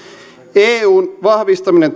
eun vahvistaminen